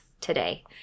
today